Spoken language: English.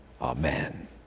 Amen